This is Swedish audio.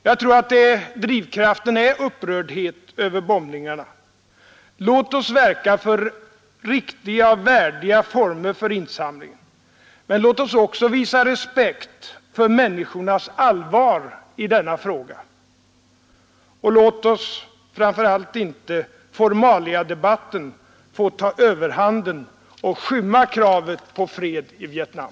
Jag tror att drivkraften är upprördhet över bombningarna. Låt oss verka för riktiga och värdiga former för insamlingen, men låt oss visa respekt för människornas allvar i denna fråga, och låt framför allt inte formaliadebatten få ta överhanden och skymma kravet på fred i Vietnam.